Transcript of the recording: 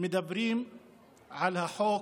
מדברים על החוק